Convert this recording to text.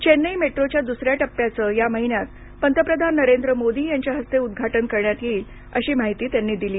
चेन्नई मेट्रोच्या दुसऱ्या टप्प्याचं या महिन्यात पतप्रधान नरेंद्र मोदी यांच्या हस्ते उद्घाटन करण्यात येईल अशी माहिती त्यांनी दिली